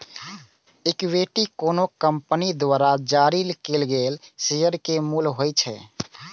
equity कोनो company द्वारा जारी कैल गेल शेयर के मूल्य होइ छै